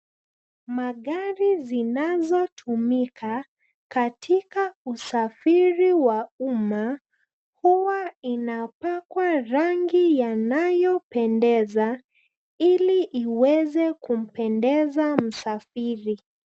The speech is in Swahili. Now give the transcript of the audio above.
Magari zinazotumika, katika usafiri wa umma, huwa inapakwa rangi yanayopendeza, ili iweze kumpendeza msafiri.